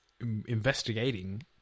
investigating